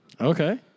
Okay